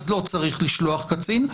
אז לא צריך לשלוח קצין?